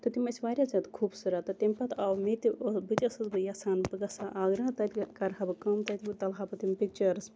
تہٕ تِم ٲسۍ واریاہ زیاد خوٗبصوٗرت تہٕ تَمہِ پَتہٕ آو مےٚ تہِ بہٕ تہِ ٲسٕس وۄنۍ یَژھان بہٕ گَژھ ہا آگرا تَتہٕ کَرہا بہٕ کٲم تَتہِ بہٕ تُلہٕ ہا بہٕ تِم پِکچٲرس